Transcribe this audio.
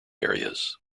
areas